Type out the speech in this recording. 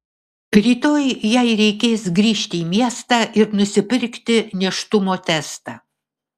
rytoj jai reikės grįžti į miestą ir nusipirkti nėštumo testą